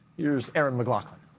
here is erin mclaughlin.